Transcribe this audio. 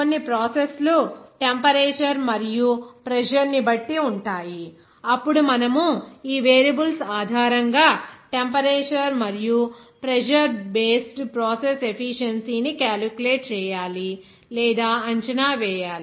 కొన్ని ప్రాసెస్ లు టెంపరేచర్ మరియు ప్రెజర్ ని బట్టి ఉంటాయి అప్పుడు మనము ఈ వేరియబుల్స్ ఆధారంగా టెంపరేచర్ మరియు ప్రెజర్ బేస్డ్ ప్రాసెస్ ఎఫీషియెన్సీ ని కాలిక్యులేట్ చేయాలి లేదా అంచనా వేయాలి